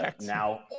Now